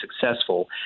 successful